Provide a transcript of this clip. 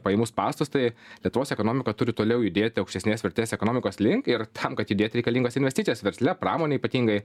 pajamų spąstus tai lietuvos ekonomika turi toliau judėti aukštesnės vertės ekonomikos link ir tam kad judėt reikalingos investicijos versle pramonėj ypatingai